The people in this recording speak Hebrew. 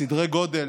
סדרי גודל